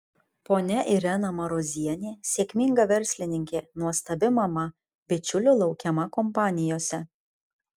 ponia irena marozienė sėkminga verslininkė nuostabi mama bičiulių laukiama kompanijose